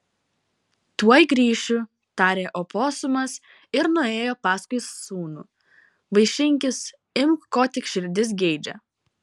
tuoj grįšiu tarė oposumas ir nuėjo paskui sūnų vaišinkis imk ko tik širdis geidžia